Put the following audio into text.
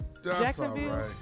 Jacksonville